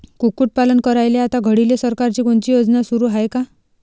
कुक्कुटपालन करायले आता घडीले सरकारची कोनची योजना सुरू हाये का?